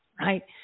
right